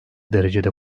derecede